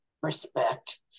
respect